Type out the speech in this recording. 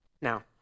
Now